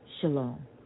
Shalom